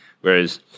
Whereas